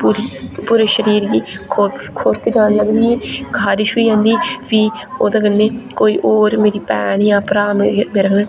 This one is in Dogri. पूरी पूरे शरीर गी खोरक खोरक जन लगदी ही खारिश बी होंदी ही फ्ही ओह्दे कन्नै कोई होर मेरी भैन जां भ्राऽ मेरे कन्नै